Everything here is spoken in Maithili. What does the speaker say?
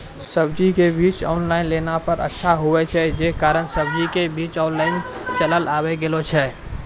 सब्जी के बीज ऑनलाइन लेला पे अच्छा आवे छै, जे कारण सब्जी के बीज ऑनलाइन चलन आवी गेलौ छै?